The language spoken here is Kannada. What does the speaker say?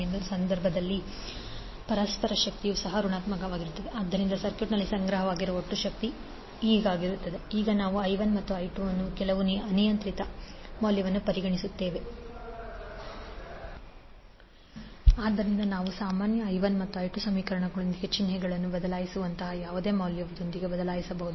ಅಂತಹ ಸಂದರ್ಭದಲ್ಲಿ ಪರಸ್ಪರ ಶಕ್ತಿಯು ಸಹ ಋಣಾತ್ಮಕವಾಗಿರುತ್ತದೆ ಆದ್ದರಿಂದ ಸರ್ಕ್ಯೂಟ್ನಲ್ಲಿ ಸಂಗ್ರಹವಾಗಿರುವ ಒಟ್ಟು ಶಕ್ತಿಯು ಆಗುತ್ತದೆ w12L1I12 MI1I212L2I22 ಈಗ ನಾವು I1 ಮತ್ತು I2 ಅನ್ನು ಕೆಲವು ಅನಿಯಂತ್ರಿತ ಮೌಲ್ಯಗಳನ್ನು ಪರಿಗಣಿಸಿದ್ದೇವೆ ಆದ್ದರಿಂದ ನಾವು ಸಾಮಾನ್ಯ i1 ಮತ್ತು i2 ಸಮೀಕರಣಗಳೊಂದಿಗೆ ಚಿಹ್ನೆಗಳನ್ನು ಬದಲಾಯಿಸುವಂತಹ ಯಾವುದೇ ಮೌಲ್ಯದೊಂದಿಗೆ ಬದಲಾಯಿಸಬಹುದು